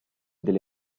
delle